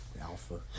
Alpha